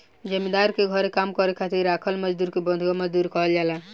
जमींदार के घरे काम करे खातिर राखल मजदुर के बंधुआ मजदूर कहल जाला